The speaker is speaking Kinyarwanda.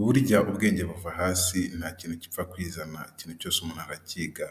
Burya ubwenge buva hasi nta kintu gipfa kwizana ikintu cyose umuntu arakiga